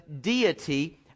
deity